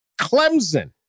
Clemson